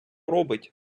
робить